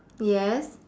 yes